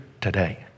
today